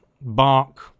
bark